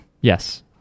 Yes